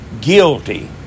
guilty